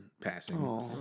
passing